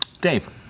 Dave